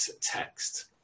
text